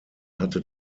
hatte